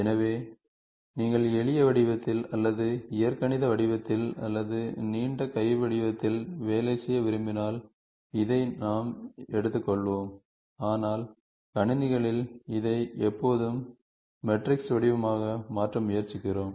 எனவே நீங்கள் எளிய வடிவத்தில் அல்லது இயற்கணித வடிவத்தில் அல்லது நீண்ட கை வடிவத்தில் வேலை செய்ய விரும்பினால் இதை நாம் எடுத்துக்கொள்வோம் ஆனால் கணினிகளில் இதை எப்போதும் மெட்ரிக்ஸ் வடிவமாக மாற்ற முயற்சிக்கிறோம்